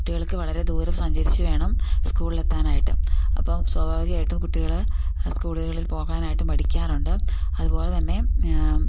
കുട്ടികൾക്ക് വളരെ ദൂരം സഞ്ചരിച്ചു വേണം സ്കൂളിൽ എത്താനായിട്ടും അപ്പം സ്വാഭാവികമായിട്ടും കുട്ടികൾ സ്കൂളുകളിൽ പോകാനായിട്ട് മടിക്കാറുണ്ട് അതുപോലെ തന്നെ